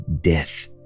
death